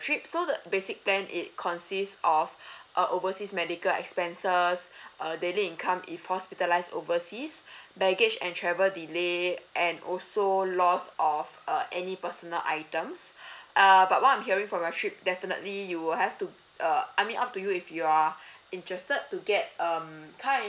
trip so the basic plan it consists of uh overseas medical expenses err daily income if hospitalized overseas baggage and travel delay and also lost of uh any personal items err but what I'm hearing from your trip definitely you will have to err I mean up to you if you are interested to get um car